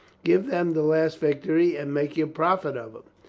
give them the last victory and make your profit of it.